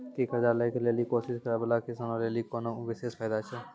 कि कर्जा लै के लेली कोशिश करै बाला किसानो लेली कोनो विशेष फायदा छै?